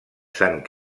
sant